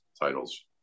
titles